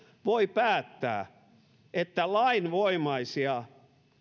voi päättää että lainvoimaisia